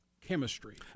chemistry